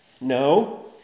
No